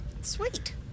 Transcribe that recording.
Sweet